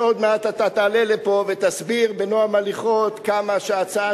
שעוד מעט אתה תעלה לפה ותסביר בנועם הליכות כמה שההצעה